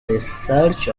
research